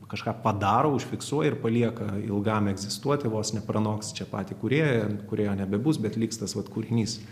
kažką padaro užfiksuoja ir palieka ilgam egzistuoti vos nepranoks čia patį kūrėją kūrėjo nebebus bet liks tas vat kūrinys